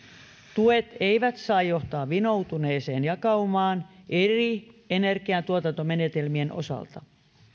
tuet eivät saa johtaa vinoutuneeseen jakaumaan eri energiantuotantomenetelmien osalta